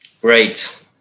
Great